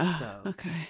Okay